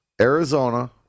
Arizona